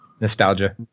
nostalgia